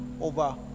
over